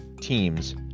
teams